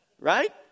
right